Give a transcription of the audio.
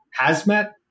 hazmat